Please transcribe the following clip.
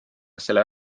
selle